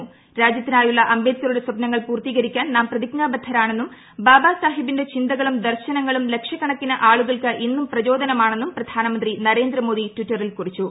prick രാജ്യത്തിനായുള്ള അംബേദ്കുറുടെ സ്വപ്നങ്ങൾ പൂർത്തീകരിക്കാൻ നാം പ്രതിജ്ഞാബദ്ധരാണെന്നും ക്ട്ബ്ാബാ സാഹിബിന്റെ ചിന്തകളും ദർശനങ്ങളും ലക്ഷക്കണ്ക്കിന്റ് ആളുകൾക്ക് ഇന്നുംപ്രചോദനമാണെന്നും പ്രധാനമന്ത്രി നരേന്ദ്രമോദ്ദി ടിറ്ററിൽ കുറിച്ചു